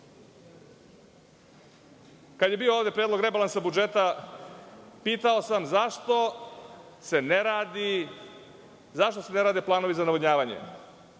je bio ovde predlog rebalansa budžeta, pitao sam zašto se ne rade planovi za navodnjavanje.